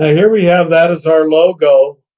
here we have that as our logo,